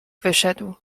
wyszedł